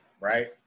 right